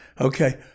Okay